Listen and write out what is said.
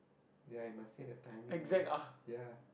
ya you must say the timing lah ya